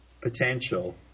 potential